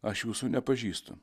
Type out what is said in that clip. aš jūsų nepažįstu